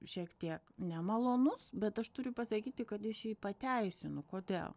šiek tiek nemalonus bet aš turiu pasakyti kad eš jį pateisinu kodėl